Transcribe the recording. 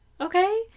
Okay